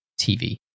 TV